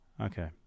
okay